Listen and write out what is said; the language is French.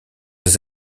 des